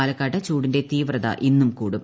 പാലക്കാട്ട് ചൂടിന്റെ തീവ്രതയും ഇന്നു കൂടും